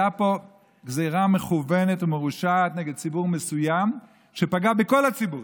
הייתה פה גזרה מכוונת ומרושעת נגד ציבור מסוים שפגעה בכל הציבורים,